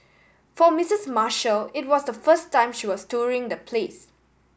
for Missus Marshall it was the first time she was touring the place